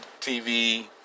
TV